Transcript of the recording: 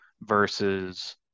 versus